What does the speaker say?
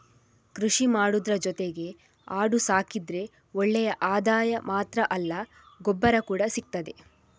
ಕೃಷಿ ಮಾಡುದ್ರ ಜೊತೆಗೆ ಆಡು ಸಾಕಿದ್ರೆ ಒಳ್ಳೆ ಆದಾಯ ಮಾತ್ರ ಅಲ್ಲ ಗೊಬ್ಬರ ಕೂಡಾ ಸಿಗ್ತದೆ